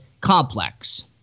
Complex